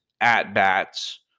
at-bats